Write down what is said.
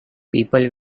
people